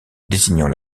désignant